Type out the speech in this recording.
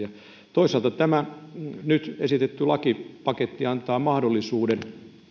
toisaalta tämä nyt esitetty lakipaketti antaa mahdollisuuden